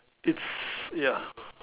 it's ya